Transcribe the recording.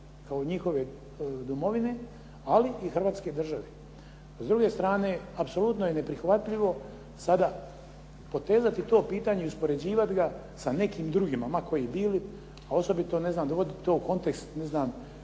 kao njihove domovine ali i Hrvatske države. S druge strane, apsolutno je neprihvatljivo sada potezati to pitanje i uspoređivati ga sa nekim drugima ma koji bili a osobito ne znam dovoditi to u kontekst